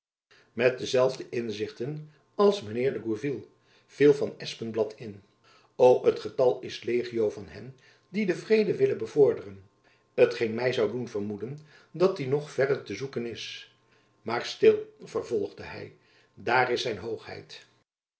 met dezelfde inzichten als mijn heer de gourville viel van espenblad in o het getal is legio van hen die den vrede willen bevorderen t geen my zoû doen vermoeden dat die nog verre te zoeken is maar stil vervolgde hy daar is zijn hoogheid